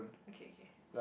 okay K